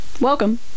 Welcome